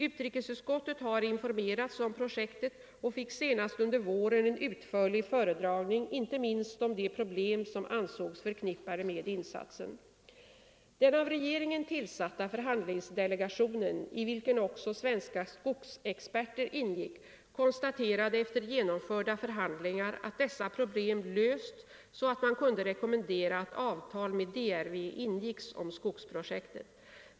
Utrikesutskottet har informerats om projektet och fick senast under våren en utförlig föredragning, inte minst om de problem som ansågs förknippade med insatsen. Den av regeringen tillsatta förhandlingsdelegationen, i vilken också svenska skogsexperter ingick, konstaterade efter genomförda förhandlingar att dessa problem lösts så att man kunde rekommendera att avtal med DRV ingicks om skogsprojektet.